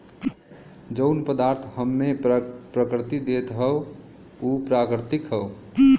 जौन पदार्थ हम्मे प्रकृति देत हौ उ प्राकृतिक हौ